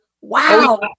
Wow